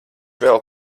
vēl